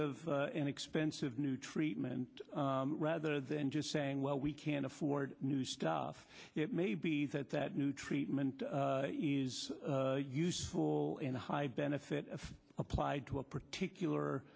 an expensive new treatment rather than just saying well we can't afford new stuff it may be that that new treatment is useful in the high benefit of applied to a particular